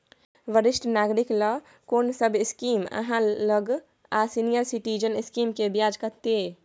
वरिष्ठ नागरिक ल कोन सब स्कीम इ आहाँ लग आ सीनियर सिटीजन स्कीम के ब्याज कत्ते इ?